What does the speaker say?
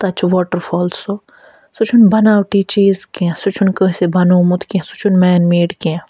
تَتہِ چھُ waterfall سُہ سُہ چھُنہٕ بناوٹی چیٖز کیٚنہہ سُہ چھُنہٕ کانٛسہِ بنوومُت کیٚنہہ سُہ چھُنہٕ مین میڈ کیٚنہہ